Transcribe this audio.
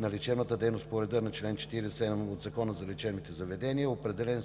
на лечебната дейност по реда на чл. 47 от Закона за лечебните заведения, е определен също